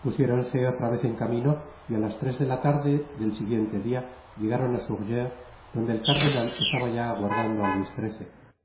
pusiéronse otra vez en camino y á las res dela tarde del siguiente diallegaron á surgéres donde el cardenal estaba ya aguardando á luis